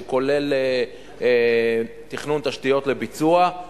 שכולל תכנון תשתיות לביצוע,